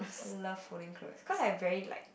love folding clothes cause I very like